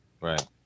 Right